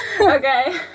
Okay